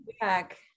Back